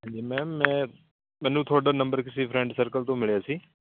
ਹਾਂਜੀ ਮੈਮ ਮੈਂ ਮੈਨੂੰ ਤੁਹਾਡਾ ਨੰਬਰ ਕਿਸੇ ਫਰੈਂਡ ਸਰਕਲ ਤੋਂ ਮਿਲਿਆ ਸੀ